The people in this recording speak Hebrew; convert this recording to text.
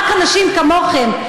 רק אנשים כמוכם,